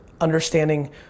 understanding